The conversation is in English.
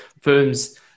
firms